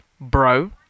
bro